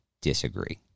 disagree